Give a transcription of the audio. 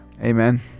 Amen